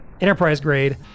enterprise-grade